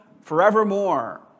forevermore